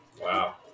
Wow